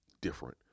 different